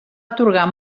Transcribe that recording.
atorgar